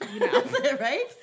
right